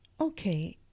Okay